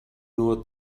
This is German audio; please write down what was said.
nur